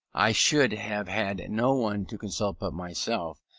i should have had no one to consult but myself,